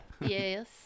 Yes